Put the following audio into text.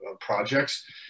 projects